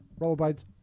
Rollerblades